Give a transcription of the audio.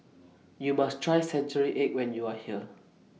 YOU must Try Century Egg when YOU Are here